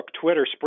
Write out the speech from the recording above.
Twitter